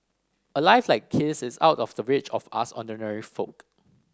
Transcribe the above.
a life like his is out of the reach of us ordinary folk